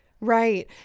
right